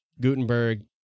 Gutenberg